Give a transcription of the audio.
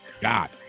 God